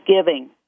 giving